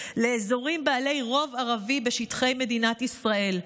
לאזורים בעלי רוב ערבי בשטחי מדינת ישראל,